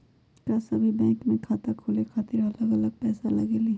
का सभी बैंक में खाता खोले खातीर अलग अलग पैसा लगेलि?